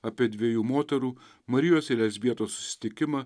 apie dviejų moterų marijos ir elžbietos susitikimą